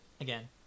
Again